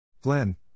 Glenn